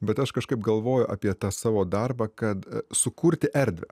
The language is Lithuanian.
bet aš kažkaip galvoju apie tą savo darbą kad sukurti erdvę